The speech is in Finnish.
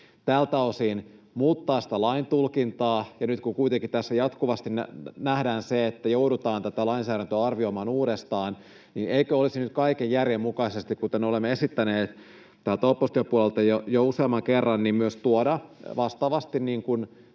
tältä osin muuttaa sitä lain tulkintaa? Ja nyt kun kuitenkin tässä jatkuvasti nähdään se, että joudutaan tätä lainsäädäntöä arvioimaan uudestaan, niin eikö olisi nyt kaiken järjen mukaista, kuten olemme esittäneet täältä opposition puolelta jo useamman kerran, myös tuoda vastaavasti